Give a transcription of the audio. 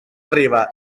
arriba